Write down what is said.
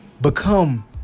become